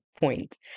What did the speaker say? point